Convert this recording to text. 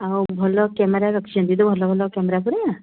ଆଉ ଭଲ କ୍ୟାମେରା ରଖିଛନ୍ତି ତ ଭଲ ଭଲ କ୍ୟାମେରା ପୁରା